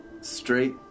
straight